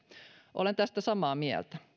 olen tästä samaa mieltä